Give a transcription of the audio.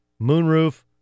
moonroof